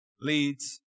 leads